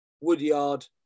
Woodyard